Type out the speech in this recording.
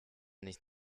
nicht